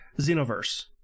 Xenoverse